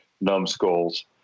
numbskulls